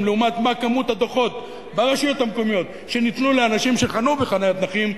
ברשויות המקומיות לעומת כמות הדוחות שניתנו לאנשים שחנו בחניית נכים,